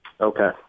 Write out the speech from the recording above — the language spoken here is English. Okay